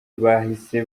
bahise